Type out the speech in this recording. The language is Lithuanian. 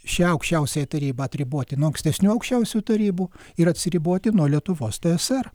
šią aukščiausiąją tarybą atriboti nuo ankstesnių aukščiausių tarybų ir atsiriboti nuo lietuvos tsr